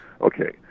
okay